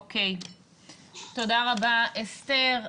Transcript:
תודה רבה, אסתר.